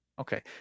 Okay